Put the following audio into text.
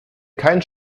kein